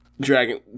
Dragon